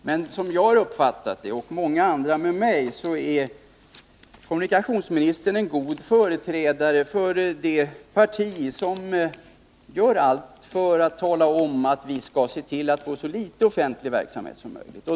Men som jag och många andra med mig har uppfattat det är kommunikationsministern en god företrädare för det parti som gör allt för att tala om att vi skall se till att få så litet offentlig verksamhet som möjligt.